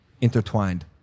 intertwined